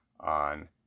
on